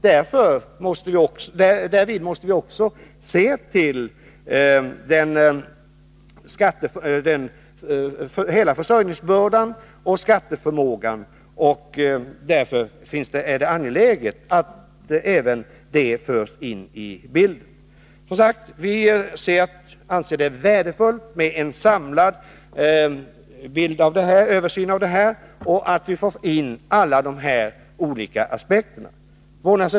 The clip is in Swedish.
Därvid måste man se till hela försörjningsbördan och skatteförmågan, och därför är det angeläget att även det tas med i bilden. Vi anser det således värdefullt med en samlad översyn, och det är viktigt att vi får in alla de här aspekterna.